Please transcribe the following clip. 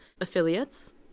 affiliates